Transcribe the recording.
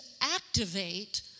activate